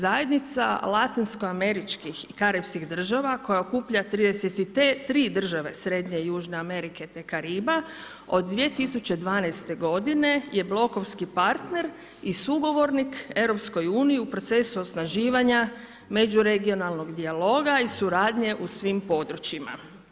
Zajednica latinsko američkih i karipskih država koja okuplja 33 države Srednje i Južne Amerike te Kariba od 2012. godine je blokovski partner i sugovornik EU u procesu osnaživanja međuregionalnog dijaloga i suradnje u svim područjima.